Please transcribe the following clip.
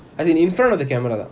as in in front of the camera